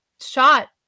shot